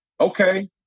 okay